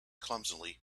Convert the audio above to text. clumsily